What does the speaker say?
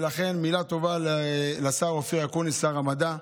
ולכן, מילה טובה לשר אופיר אקוניס, שר המדע,